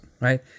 right